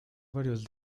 varios